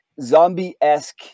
zombie-esque